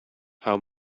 how